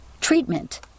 Treatment